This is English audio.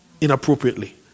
inappropriately